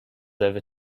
over